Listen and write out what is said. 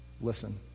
listen